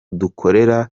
dukorera